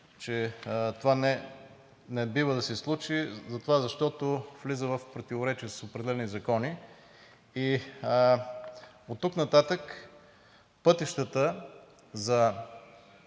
че това не бива да се случи, защото влиза в противоречие с определени закони. Оттук нататък пътищата за